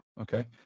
Okay